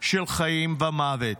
של חיים ומוות.